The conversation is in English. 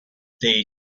they